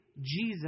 Jesus